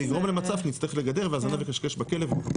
ויגרום למצב שנצטרך לגדר והזנב יכשכש בכלב.